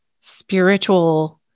spiritual